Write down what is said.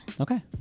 Okay